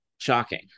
shocking